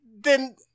then-